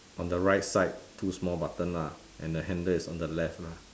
on the right side two small button lah and the handle is on the left lah